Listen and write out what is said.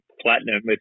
platinum